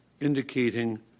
indicating